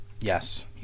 Yes